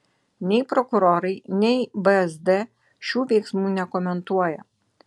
nei prokurorai nei vsd šių veiksmų nekomentuoja